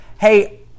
Hey